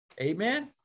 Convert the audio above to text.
Amen